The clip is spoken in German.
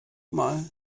mal